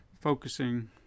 focusing